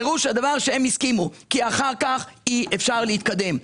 פירוש הדבר שהם הסכימו, כי אחר כך אי-אפשר להתקדם.